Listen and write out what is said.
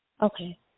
Okay